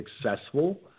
successful